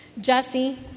Jesse